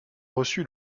reçu